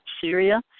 Syria